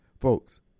Folks